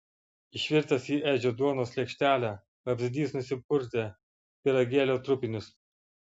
išvirtęs į edžio duonos lėkštelę vabzdys nusipurtė pyragėlio trupinius